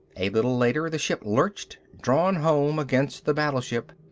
a little later the ship lurched, drawn home against the battleship.